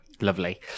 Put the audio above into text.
Lovely